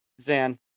Zan